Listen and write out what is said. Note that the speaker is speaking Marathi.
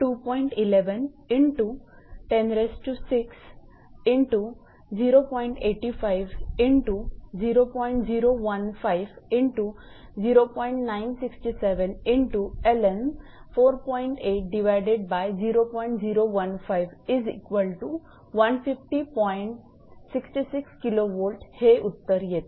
66 𝑘𝑉 हे उत्तर येते